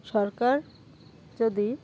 সরকার যদি